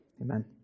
amen